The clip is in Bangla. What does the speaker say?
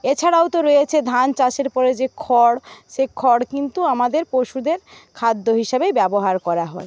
এছাড়াও তো রয়েছে ধান চাষের পরে যে খড় সে খড় কিন্তু আমাদের পশুদের খাদ্য হিসাবেই ব্যবহার করা হয়